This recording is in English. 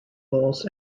loss